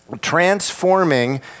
Transforming